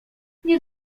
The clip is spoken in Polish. nie